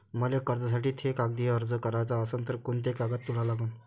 मले कर्जासाठी थे कागदी अर्ज कराचा असन तर कुंते कागद जोडा लागन?